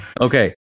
Okay